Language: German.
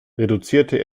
reduzierte